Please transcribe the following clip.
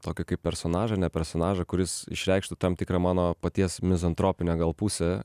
tokį kaip personažą ne personažą kuris išreikštų tam tikrą mano paties mizantropinę gal pusę